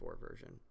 version